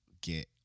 get